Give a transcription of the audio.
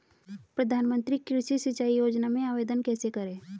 प्रधानमंत्री कृषि सिंचाई योजना में आवेदन कैसे करें?